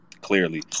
clearly